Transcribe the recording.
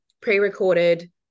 pre-recorded